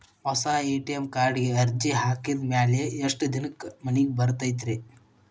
ಹೊಸಾ ಎ.ಟಿ.ಎಂ ಕಾರ್ಡಿಗೆ ಅರ್ಜಿ ಹಾಕಿದ್ ಮ್ಯಾಲೆ ಎಷ್ಟ ದಿನಕ್ಕ್ ಮನಿಗೆ ಬರತೈತ್ರಿ?